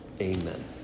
amen